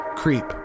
creep